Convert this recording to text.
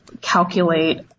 calculate